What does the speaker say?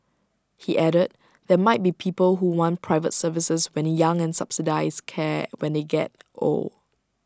he added there might be people who want private services when young and subsidised care when they get old